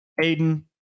Aiden